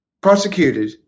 prosecuted